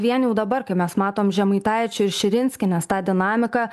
vien jau dabar kai mes matom žemaitaičio ir širinskienės tą dinamiką